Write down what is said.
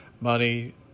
money